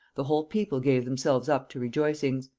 the whole people gave themselves up to rejoicings.